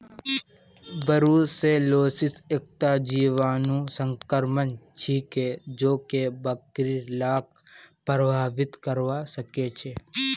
brucellosis एकता जीवाणु संक्रमण छिके जेको बकरि लाक प्रभावित करवा सकेछे